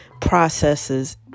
processes